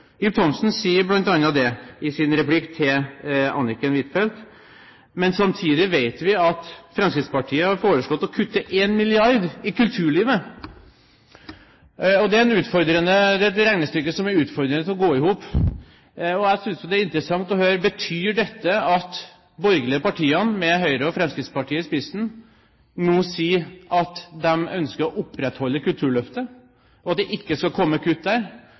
sier det bl.a. i sin replikk til statsråd Anniken Huitfeldt. Men samtidig vet vi at Fremskrittspartiet har foreslått å kutte 1 mrd. i kulturlivet. Det er et regnestykke som det er utfordrende å få til å gå i hop. Jeg synes det ville være interessant å få høre: Betyr dette at de borgerlige partiene, med Høyre og Fremskrittspartiet i spissen, nå sier at de ønsker å opprettholde Kulturløftet, at det ikke skal komme kutt der?